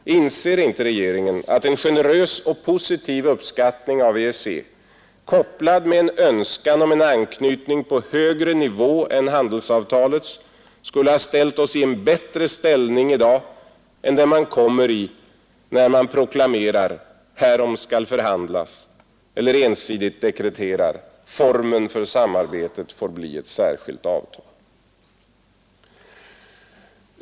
Inser inte regeringen att en generös och positiv uppskattning av EEC, kopplad med en önskan om en anknytning på högre nivå än handelsavtalets, skulle ha ställt oss i en bättre ställning i dag än den man kommer i, när man proklamerar ”Härom skall förhandlas” eller ensidigt dekreterar ”Formen för samarbetet får bli ett särskilt avtal”.